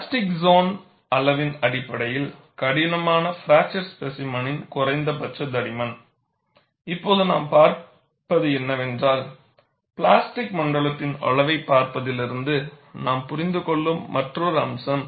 plastic zone அளவின் அடிப்படையில் கடினமான ஃப்ரக்ச்சர் ஸ்பெசிமனின் குறைந்த பட்ச தடிமன் இப்போது நாம் பார்ப்பது என்னவென்றால் பிளாஸ்டிக் மண்டலத்தின் அளவைப் பார்ப்பதிலிருந்து நாம் புரிந்துகொள்ளும் மற்றொரு அம்சம்